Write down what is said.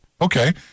Okay